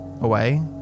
away